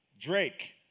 Drake